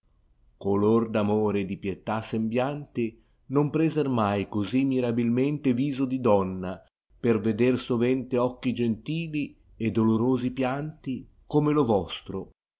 amore e di pietà sembianti non preser mai così mirabilmente tiso'di donna per veder sovente occhi gentili e dolorosi pianti come lo vostro